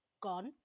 gone